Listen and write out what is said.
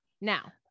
Now